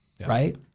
Right